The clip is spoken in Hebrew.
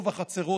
ובחצרות,